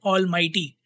Almighty